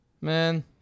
man